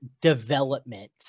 development